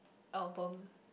Albom